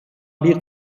bir